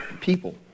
people